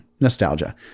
nostalgia